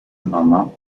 mamma